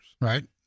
Right